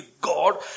God